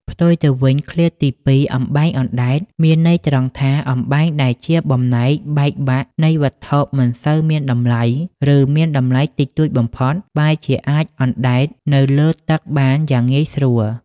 ផ្ទុយទៅវិញ ឃ្លាទីពីរ "អំបែងអណ្ដែត" មានន័យត្រង់ថា អំបែងដែលជាបំណែកបែកបាក់នៃវត្ថុមិនសូវមានតម្លៃ ឬមានតម្លៃតិចតួចបំផុត បែរជាអាចអណ្ដែតនៅពីលើទឹកបានយ៉ាងងាយស្រួល។